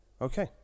okay